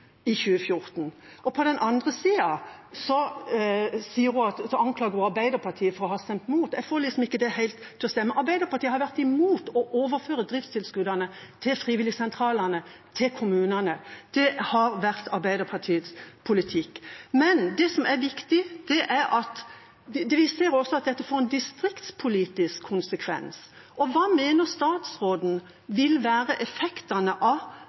i 2014. På den andre sida anklager hun Arbeiderpartiet for å ha stemt imot. Jeg får ikke dette helt til å stemme. Arbeiderpartiet har vært imot å overføre driftstilskuddene til frivilligsentralene til kommunene. Det har vært Arbeiderpartiets politikk. Viktig er også at dette får en distriktspolitisk konsekvens. Hva mener statsråden vil være effektene av